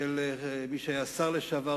של מי שהיה שר לשעבר,